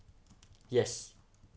yes